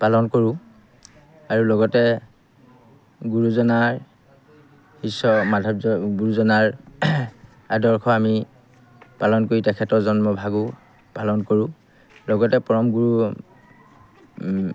পালন কৰোঁ আৰু লগতে গুৰুজনাৰ শিস্য মাধৱ গুৰুজনাৰ আদৰ্শ আমি পালন কৰি তেখেতৰ জন্ম ভাগো পালন কৰোঁ লগতে পৰম গুৰু